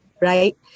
right